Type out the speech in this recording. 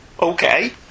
okay